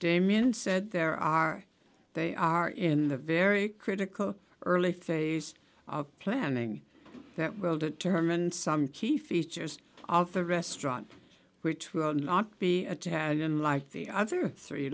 damian said there are they are in the very critical early phase of planning that will determine some key features of the restaurant which will not be a tad unlike the other three